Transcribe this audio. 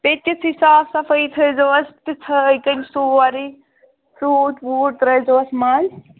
بیٚیہِ تِتھٕے صاف صفٲیی تھٲیِزیٚو اَز تِژھ تیٚلہِ سورُے فروٗٹ ووٗٹ ترٛٲیِزیٚوس منٛز